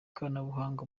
ikoranabuhanga